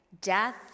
Death